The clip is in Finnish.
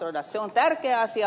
se on tärkeä asia